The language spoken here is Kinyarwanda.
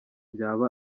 byaba